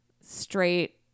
straight